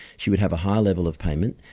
she would have a higher level of payment,